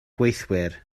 gweithwyr